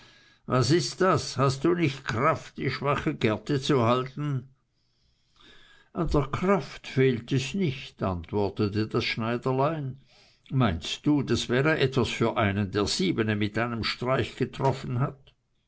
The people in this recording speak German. was ist das hast du nicht kraft die schwache gerte zu halten an der kraft fehlt es nicht antwortete das schneiderlein meinst du das wäre etwas für einen der siebene mit einem streich getroffen hat